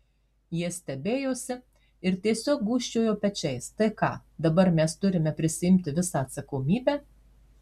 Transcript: jie stebėjosi ir tiesiog gūžčiojo pečiais tai ką dabar mes turime prisiimti visą atsakomybę